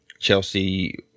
Chelsea